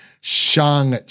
Shang